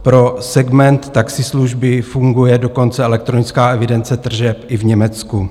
Pro segment taxislužby funguje dokonce elektronická evidence tržeb i v Německu.